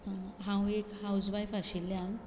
हांव एक हावज वायफ आशिल्ल्यान